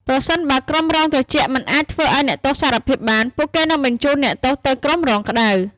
ប្រសិនបើក្រុមរងត្រជាក់មិនអាចធ្វើឱ្យអ្នកទោសសារភាពបាន ពួកគេនឹងបញ្ជូនអ្នកទោសទៅក្រុមរងក្តៅ។